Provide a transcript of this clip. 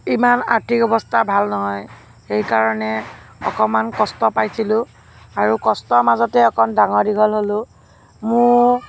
ইমান আৰ্থিক অৱস্থা ভাল নহয় সেইকাৰণে অকণমান কষ্ট পাইছিলোঁ আৰু কষ্টৰ মাজতেই অকণ ডাঙৰ দীঘল হ'লোঁ